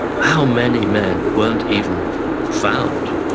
how many men weren't even found.